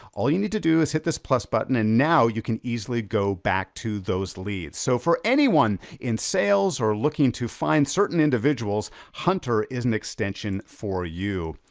all you need to do is hit this plus button, and now you can easily go back to those leads. so for anyone in sales, or looking to find certain individuals, hunter is an extension for you.